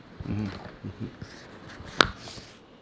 mmhmm mmhmm